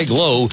Glow